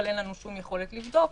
אבל אין לנו שום יכולת לבדוק,